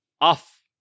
off